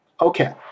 Okay